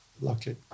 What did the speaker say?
lucky